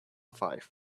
five